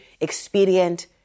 expedient